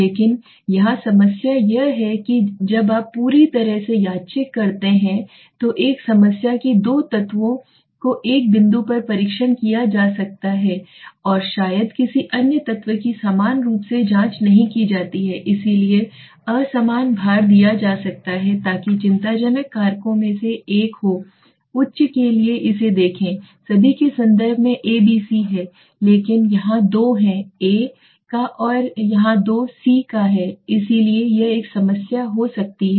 लेकिन यहाँ समस्या यह है कि जब आप पूरी तरह से यादृच्छिक करते हैं तो एक समस्या है कि दो तत्वों को एक बिंदु पर परीक्षण किया जा सकता है और शायद किसी अन्य तत्व की समान रूप जांच नहीं की जाती है इसलिए असमान भार दिया जा सकता है ताकि चिंताजनक कारकों में से एक हो उच्च के लिए इसे देखें सभी के संदर्भ में एबीसी है लेकिन यहां दो हैं A का और यहाँ दो C का है इसलिए यह एक समस्या हो सकती है